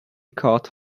cart